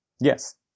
Yes